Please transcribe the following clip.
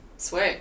Sweet